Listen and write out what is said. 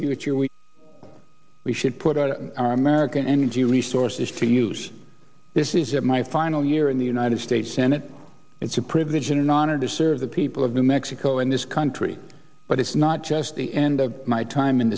future we we should put out of our american energy resources to use this is it my final year in the united states senate it's a privilege and an honor to serve the people of new mexico in this country but it's not just the end of my time in